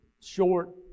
short